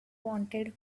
wanted